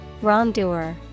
Wrongdoer